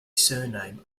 surname